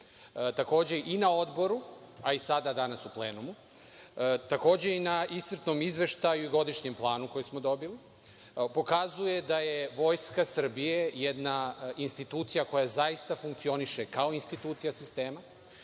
Takođe i na odboru, a i sada danas u plenumu. Takođe i na iscrpnom izveštaju i godišnjem planu koji smo dobili. Pokazuje da je Vojska Srbije jedna institucija koja zaista funkcioniše kao institucija sistema,